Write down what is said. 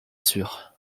sûr